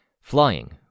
flying